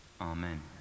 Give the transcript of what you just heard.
amen